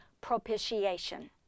propitiation